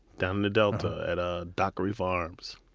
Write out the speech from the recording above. down in the delta, at ah dockery farms.